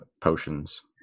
potions